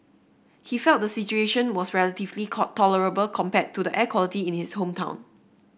he felt the situation was relatively tolerable compared to air quality in his hometown